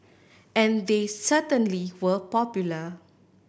and they certainly were popular